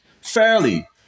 fairly